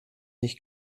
nicht